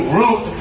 root